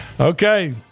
Okay